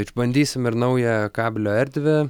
išbandysim ir naują kablio erdvę